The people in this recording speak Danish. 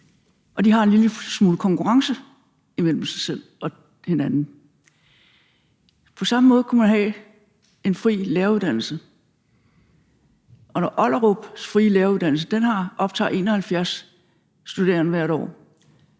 og de har en lille smule konkurrence med hinanden. På samme måde kunne man have en fri læreruddannelse. Ollerups frie læreruddannelse optager 71 studerende hvert år,